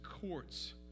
courts